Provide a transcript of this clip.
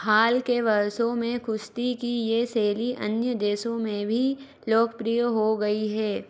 हाल के वर्षों में कुश्ती की ये शैली अन्य देशों में भी लोकप्रिय हो गई है